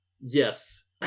Yes